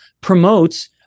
promotes